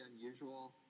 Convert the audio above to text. unusual